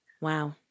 Wow